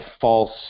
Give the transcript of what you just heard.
false